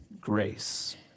grace